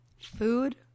Food